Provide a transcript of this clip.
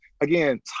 again